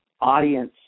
audience